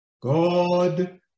God